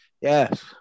yes